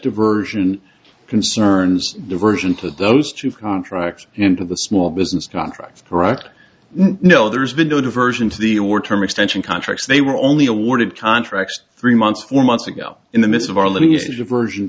diversion concerns diversion put those two contracts into the small business contracts correct no there's been no diversion to the war term extension contracts they were only awarded contracts three months four months ago in the midst of our lineage aversion